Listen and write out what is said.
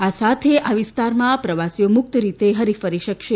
આ સાથે આ વિસ્તારમાં પ્રવાસીઓ મુક્ત રીતે હરીફરી શકશે